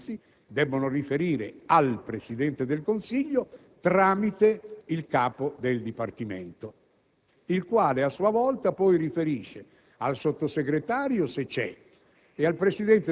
quando si definiscono le responsabilità del Dipartimento e quando si parla di competenze, il Sottosegretario a volte compare e a volte non compare.